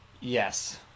Yes